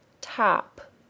top